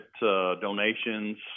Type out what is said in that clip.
donations